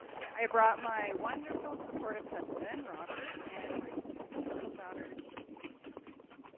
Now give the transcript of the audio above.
i brought my wonderful supportive husband robert and my two beautiful daughters britney and brianna